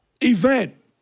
event